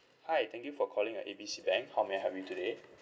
hi thank you for calling uh A B C bank how may I help you today